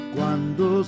Cuando